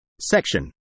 Section